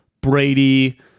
Brady